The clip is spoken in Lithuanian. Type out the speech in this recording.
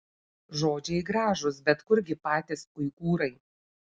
žodžiai gražūs bet kurgi patys uigūrai